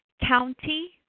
County